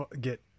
get